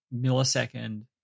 millisecond